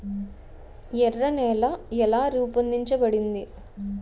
ఎర్ర నేల ఎలా రూపొందించబడింది?